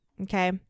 Okay